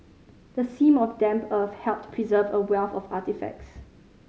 the seam of damp earth helped preserve a wealth of artefacts